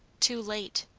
too late!